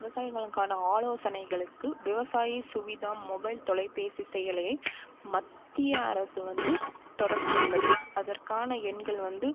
விவசாயங்களுக்கான ஆலோசனைகளுக்கு விவசாயி சுவிதம் மொபைல் தொலைப்பேசி செயலியை மத்திய அரசு வந்து தொடங்கியுள்ளது அதற்கான எண்கள் வந்து